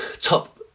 top